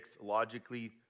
logically